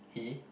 he